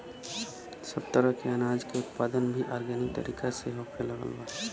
सब तरह के अनाज के उत्पादन भी आर्गेनिक तरीका से होखे लागल बा